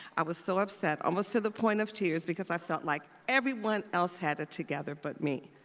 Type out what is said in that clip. i was so upset, almost to the point of tears because i felt like everyone else had it together but me.